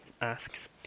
asks